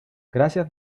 gracias